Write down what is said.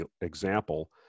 example